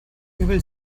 übel